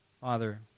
Father